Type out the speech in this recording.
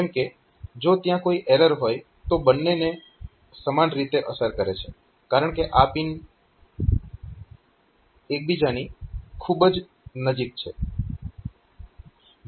જેમ કે જો ત્યાં કોઈ એરર હોય તો બંનેને સમાન રીતે અસર કરે છે કારણકે આ પિન એકબીજાની ખૂબ જ નજીક છે